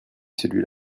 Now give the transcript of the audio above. celui